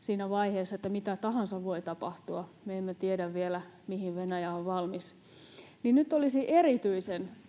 siinä vaiheessa, että mitä tahansa voi tapahtua, me emme tiedä vielä, mihin Venäjä on valmis, niin nyt olisi erityisen